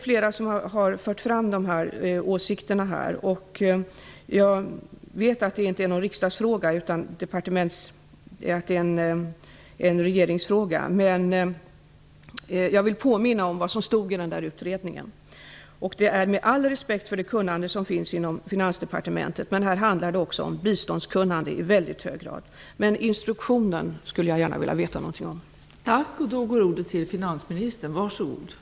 Flera talare har fört fram dessa åsikter här. Jag vet att detta inte är någon riksdagsfråga utan en regeringsfråga, men jag vill påminna om vad som stod i den här utredningen. Jag har all respekt för det kunnande som finns inom Finansdepartementet, men i det här sammanhanget handlar det också i väldigt hög grad om ett biståndskunnande. Jag skulle, som sagt, mycket gärna vilja veta någonting om instruktionen.